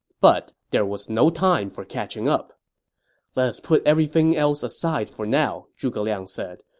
but there was no time for catching up let us put everything else aside for now, zhuge liang said.